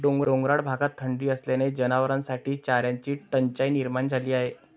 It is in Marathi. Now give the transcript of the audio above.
डोंगराळ भागात थंडी असल्याने जनावरांसाठी चाऱ्याची टंचाई निर्माण झाली आहे